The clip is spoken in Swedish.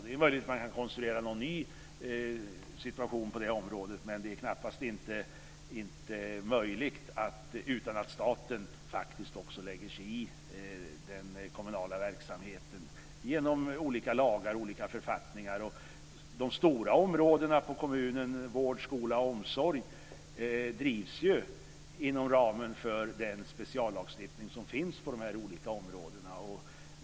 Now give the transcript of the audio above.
Det är möjligt att man kan konsolidera en ny situation på det området, men det är knappast möjligt utan att staten faktiskt också lägger sig i den kommunala verksamheten genom olika lagar och författningar. De stora områdena i kommunen - vård, skola, omsorg - drivs inom ramen för den speciallagstiftning som finns på de olika områdena.